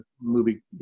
movie